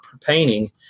painting